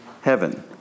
heaven